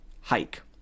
hike